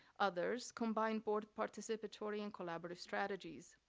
others combine board participatory and collaborative strategies.